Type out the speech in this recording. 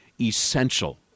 essential